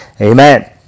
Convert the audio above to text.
Amen